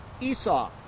Esau